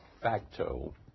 facto